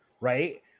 Right